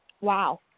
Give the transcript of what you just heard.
Wow